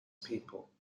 people